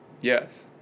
yes